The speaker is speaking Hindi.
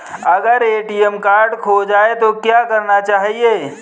अगर ए.टी.एम कार्ड खो जाए तो क्या करना चाहिए?